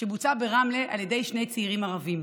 שבוצע ברמלה על ידי שני צעירים ערבים.